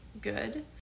good